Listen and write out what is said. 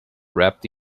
wrapped